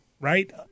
right